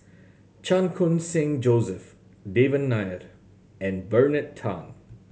Chan Khun Sing Joseph Devan Nair and Bernard Tan